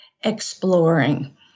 exploring